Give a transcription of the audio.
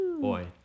Boy